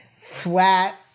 flat